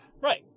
Right